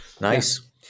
Nice